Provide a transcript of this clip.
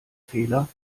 fehler